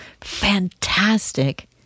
fantastic